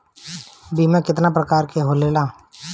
बीमा केतना प्रकार के होखे ला?